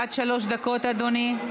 עד שלוש דקות, אדוני.